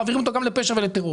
וגם מעבירים אותו לפשע ולטרור.